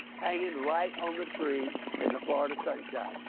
hanging right on the tree in the florida sunshine.